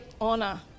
honor